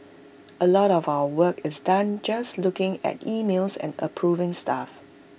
A lot of our work is done just looking at emails and approving stuff